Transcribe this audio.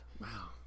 wow